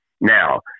now